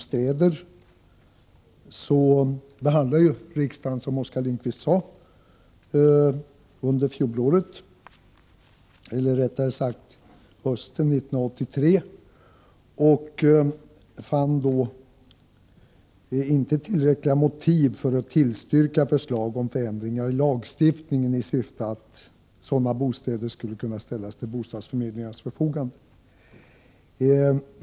Fru talman! Riksdagen behandlade, som Oskar Lindkvist sade, frågan om övernattningsbostäder hösten 1983 och fann då inte tillräckliga motiv för att tillstyrka förslag om förändringar i lagstiftningen i syfte att sådana bostäder skulle kunna ställas till bostadsförmedlingarnas förfogande.